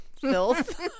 filth